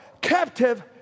captive